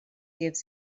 gives